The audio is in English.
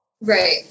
Right